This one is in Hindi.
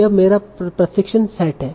यह मेरा प्रशिक्षण सेट है